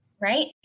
right